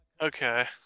Okay